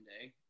day